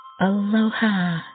Aloha